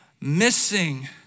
missing